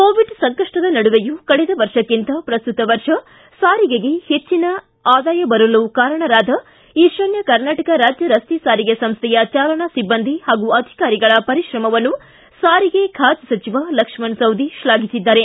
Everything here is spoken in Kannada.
ಕೋವಿಡ್ ಸಂಕಷ್ಟದ ನಡುವೆಯೂ ಕಳೆದ ವರ್ಷಕ್ಕಿಂತ ಪ್ರಸ್ತುತ ವರ್ಷ ಸಾರಿಗೆಗೆ ಹೆಚ್ಚಿನ ಆದಾಯ ಬರಲು ಕಾರಣರಾದ ಈಶಾನ್ಯ ಕರ್ನಾಟಕ ರಾಜ್ಯ ರಸ್ತೆ ಸಾರಿಗೆ ಸಂಸ್ಥೆಯ ಚಾಲನಾ ಸಿಬ್ಬಂದಿ ಹಾಗೂ ಅಧಿಕಾರಿಗಳ ಪರಿಶ್ರಮವನ್ನು ಸಾರಿಗೆ ಖಾತೆ ಸಚಿವ ಲಕ್ಷಣ ಸವದಿ ಶ್ಲಾಘಿಸಿದ್ದಾರೆ